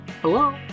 Hello